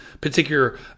particular